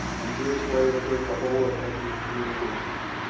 and deerslayer heard the whole of hetty's communications.